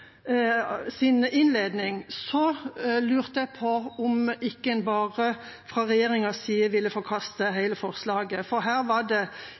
innledning, lurte jeg på om ikke en bare fra regjeringas side ville forkaste hele forslaget, for her var det